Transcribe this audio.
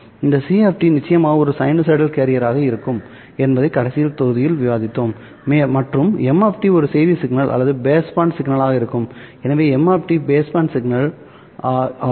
இந்த c நிச்சயமாக ஒரு சைனூசாய்டல் கேரியராக இருக்கும் என்பதை கடைசி தொகுதியில் விவாதித்தோம் மற்றும் m ஒரு செய்தி சிக்னல் அல்லது பேஸ்பேண்ட் சிக்னலாக இருக்கும் எனவே m பேஸ்பேண்ட் சிக்னல் ஆகும்